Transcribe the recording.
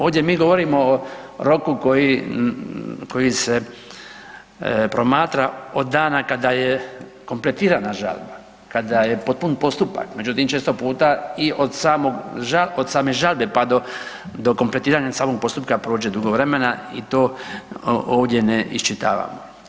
Ovdje mi govorimo o roku koji se promatra od dana kada je kompletirana žalba, kada je potpun postupak, međutim često puta i od same žalbe pa do kompletiranja samog postupka prođe dugo vremena i to ovdje ne iščitavamo.